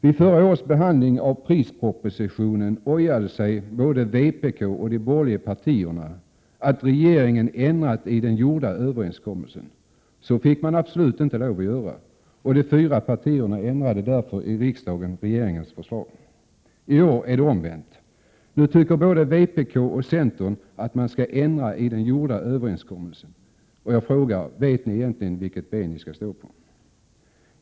I förra årets behandling av prispropositionen ojade sig både vpk och de borgerliga partierna över att regeringen ändrat i den gjorda överenskommelsen. Så fick man absolut inte göra, och de fyra partierna ändrade därför i riksdagen regeringens förslag. I år är det omvänt. Nu tycker både vpk och centern att man skall ändra i den gjorda överenskommelsen. Vet ni egentligen vilket ben ni skall stå på?